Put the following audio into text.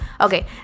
okay